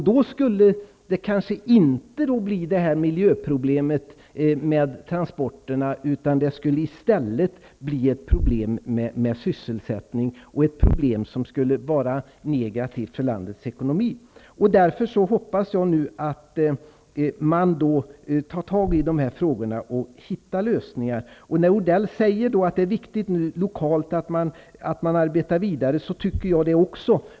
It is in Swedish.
Då slapp vi miljöproblemet med transporterna, men skulle i stället få problem med sysselsättningen. Det problemet skulle vara mycket negativt för landets ekonomi. Därför hoppas jag att man tar tag i dessa frågor och hittar lösningar. När Mats Odell säger att det är viktigt att man arbetar vidare lokalt vill jag instämma i detta.